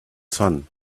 sun